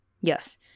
Yes